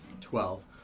Twelve